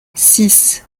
six